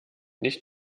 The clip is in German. nicht